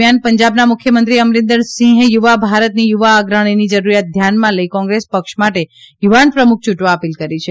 દરમિયાન પંજાબના મુખ્યમંત્રી અમરીન્દરસિંહે યુવા ભારતની યુવા અગ્રણીની જરૂરિયાત ધ્યાનમાં લઈ ક્રોંગ્રેસ પક્ષ માટે યુવાન પ્રમુખ યૂંટવા અપીલ કરી છે